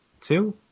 two